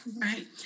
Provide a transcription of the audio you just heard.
Right